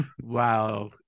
Wow